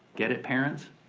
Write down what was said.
get it parents?